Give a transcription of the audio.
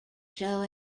show